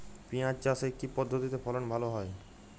পিঁয়াজ চাষে কি পদ্ধতিতে ফলন ভালো হয়?